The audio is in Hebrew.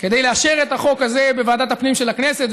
כדי לאשר את החוק הזה בוועדת הפנים של הכנסת,